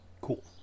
Cool